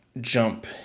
jump